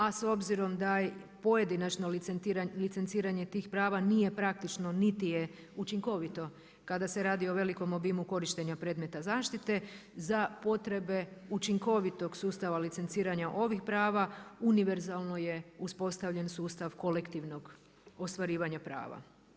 A s obzirom da pojedinačno licenciranje tih prava nije praktično niti je učinkovito kada se radi o velikom obimu korištenja predmeta zaštite za potrebe učinkovitog sustava licenciranja ovih prava, univerzalno je uspostavljen sustav kolektivnog ostvarivanja prava.